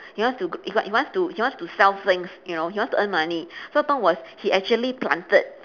he wants to he he wants to he wants to sell things you know he wants to earn money so what happened was he actually planted